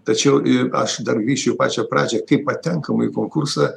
tačiau ir aš dar grįščiau į pačią pradžią kaip patenkama į konkursą